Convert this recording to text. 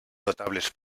notables